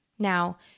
Now